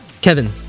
kevin